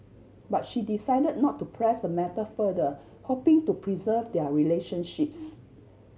but she decide not to press the matter further hoping to preserve their relationships